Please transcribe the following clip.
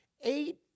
eight